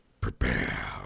prepare